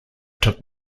took